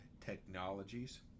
Technologies